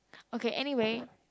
okay anyway